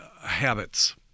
habits